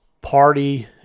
party